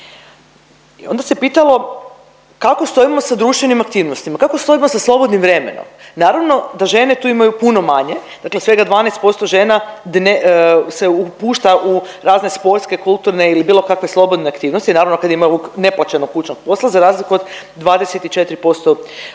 Onda se pitalo kako stojimo sa društvenim aktivnostima, kako stojimo sa slobodnim vremenom. Naravno da žene tu imaju puno manje dakle svega 12% žena se upušta u razne sportske, kulturne ili bilo kakve slobodne aktivnosti, naravno kada imaju neplaćenog kućnog posla za razliku od 24%